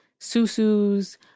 susus